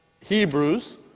Hebrews